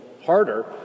harder